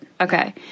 okay